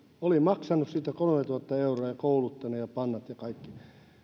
oli maksanut siitä kolmetuhatta euroa ja kouluttanut ja hankkinut pannat ja kaikki